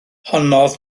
honnodd